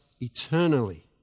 eternally